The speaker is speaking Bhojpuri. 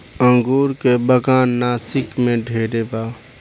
अंगूर के बागान नासिक में ढेरे बा